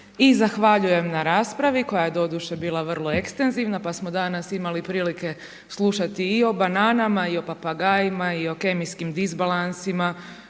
i zahvaljujem na raspravi, koja je doduše bila vrlo ekstenzivna pa smo danas imali prilike slušati i o bananama i o papagajima i o kemijskim disbalansima